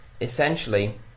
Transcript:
essentially